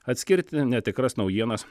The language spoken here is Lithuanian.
atskirti netikras naujienas